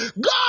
God